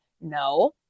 no